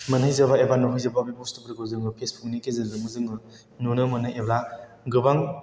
मोनहैजोबा एबा नुहैजोबा बे बुस्थुफोरखौ जोङो फेसबुक नि गेजेरजोंबो जोङो नुनो मोनो एबा गोबां